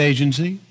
Agency